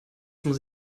muss